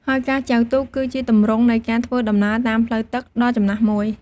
ហើយការចែវទូក គឺជាទម្រង់នៃការធ្វើដំណើរតាមផ្លូវទឹកដ៏ចំណាស់មួយ។